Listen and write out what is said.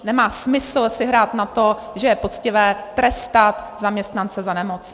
Nemá smysl si hrát na to, že je poctivé trestat zaměstnance za nemoc.